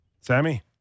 Sammy